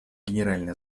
генеральной